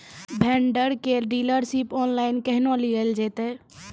Vendor केर dealership online केहनो लियल जेतै?